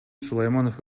сулайманов